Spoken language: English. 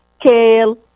kale